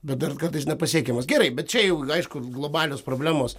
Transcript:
bet dar kartais nepasiekiamas gerai bet čia jau aišku globalios problemos